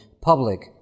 public